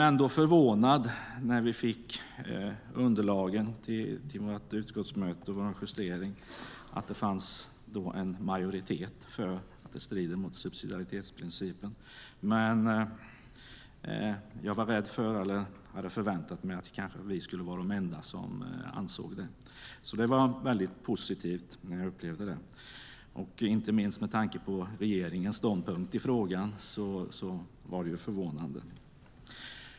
När vi fick underlagen till vårt utskottsmöte och vår justering blev jag ändå förvånad över att det fanns en majoritet för att det strider mot subsidiaritetsprincipen. Jag hade förväntat mig att vi kanske skulle vara de enda som ansåg det. Det upplevde jag som väldigt positivt. Inte minst med tanke på regeringens ståndpunkt i frågan var det förvånande.